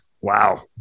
Wow